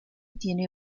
tiene